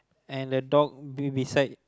and the dog be beside